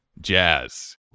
jazz